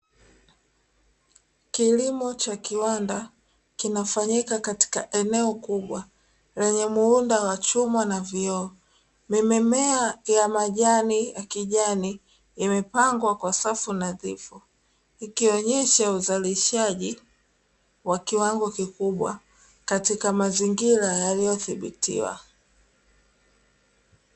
Kilimo cha kiwanda kinafanyika katika eneo kubwa, lenye muunda wa chuma na vioo. Mimea ya majani ya kijani imepangwa kwa safu nadhifu, ikionyesha uzalishaji wa kiwango kikubwa katika mazingira yaliyodhibitiwa.